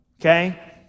okay